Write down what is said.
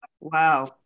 Wow